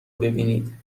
ببینید